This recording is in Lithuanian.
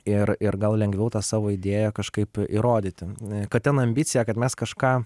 ir ir gal lengviau tą savo idėją kažkaip įrodyti kad ten ambicija kad mes kažką